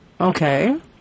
okay